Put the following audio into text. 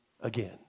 again